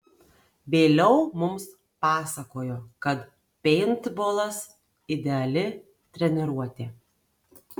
vėliau mums pasakojo kad peintbolas ideali treniruotė